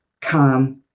calm